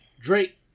Drake